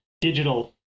digital